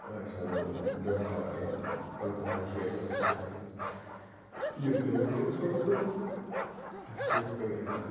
أسۍ وَنو دَہ سا پَنٛژاہ ساس شیٹھ ساس خرٕچ کٔرِتھ یُتھ پیوٚو وَنیو تٔمِس ووت یہِ توٚتُے اَتھ چیٖزَس گوٚو ویلیوٗ کَم